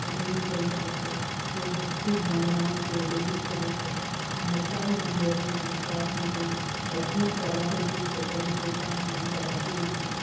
ભીની થઈ જાય છે એ ભક્તિ ભાવનામાં તેઓ ડૂબી જાય છે વડતાલ મંદિરની આસપાસની જે અદભૂત કલાકૃતિ છે તેને જોતાં મન ધરાતું નથી